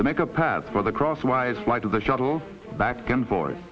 to make a path for the crosswise flight of the shuttle back and forth